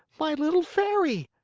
my little fairy!